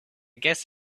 guests